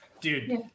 dude